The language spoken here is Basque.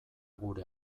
gure